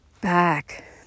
back